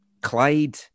Clyde